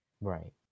Right